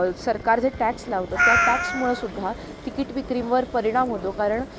सरकार जे टॅक्स लावतो त्या टॅक्समुळं सुद्धा तिकीट विक्रीवर परिणाम होतो कारण